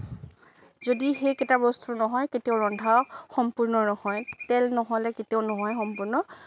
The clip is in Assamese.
যদি সেইকেইটা বস্তু নহয় কেতিয়াও ৰন্ধা সম্পূৰ্ণ নহয় তেল নহ'লে কেতিয়াও নহয় সম্পূৰ্ণ